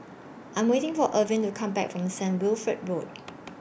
I Am waiting For Irving to Come Back from The Saint Wilfred Road